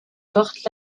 porte